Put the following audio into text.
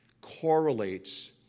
correlates